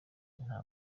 nta